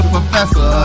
Professor